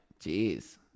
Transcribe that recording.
Jeez